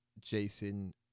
Jason